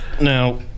now